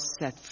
set